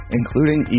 including